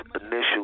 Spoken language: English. initial